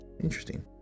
Interesting